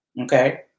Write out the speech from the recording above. Okay